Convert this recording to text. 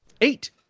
Eight